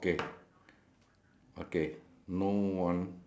no no you cannot you must stop me you you must uh you must